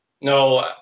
No